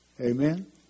Amen